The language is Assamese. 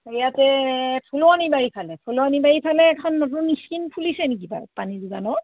ইয়াতে ফুলুৱনিবাৰী ফালে ফুলুৱনিবাৰী ফালে এখন নতুন স্কিম খুলিছে নেকি বাৰু পানী যোগানৰ